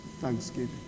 thanksgiving